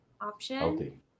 Option